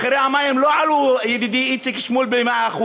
מחירי המים לא עלו, ידידי איציק שמולי, ב-100%.